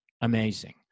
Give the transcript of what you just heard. amazing